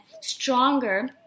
stronger